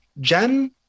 Jen